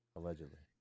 Allegedly